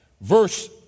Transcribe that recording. Verse